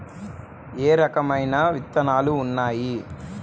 ఏ రకమైన విత్తనాలు ఉన్నాయి?